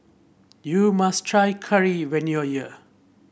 you must try curry when you are here